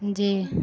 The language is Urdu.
جی